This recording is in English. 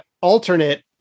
alternate